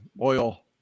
oil